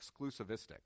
exclusivistic